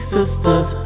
Sisters